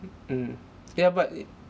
mm yeah but it